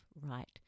right